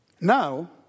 Now